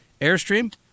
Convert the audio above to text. airstream